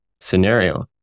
scenario